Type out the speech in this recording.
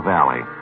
Valley